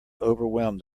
overwhelmed